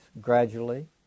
gradually